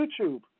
YouTube